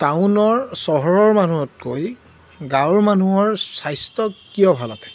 টাউনৰ চহৰৰ মানুহতকৈ গাঁৱৰ মানুহৰ স্বাস্থ্য কিয় ভালে থাকে